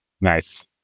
nice